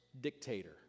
dictator